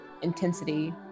intensity